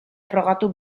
frogatu